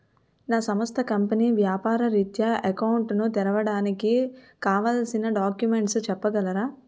నా సంస్థ కంపెనీ వ్యాపార రిత్య అకౌంట్ ను తెరవడానికి కావాల్సిన డాక్యుమెంట్స్ చెప్పగలరా?